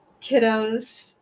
kiddos